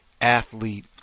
athlete